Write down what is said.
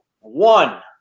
one